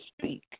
speak